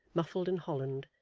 muffled in holland,